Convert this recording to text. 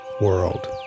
world